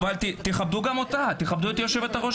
אבל תכבדו את יושב-ראש